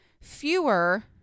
fewer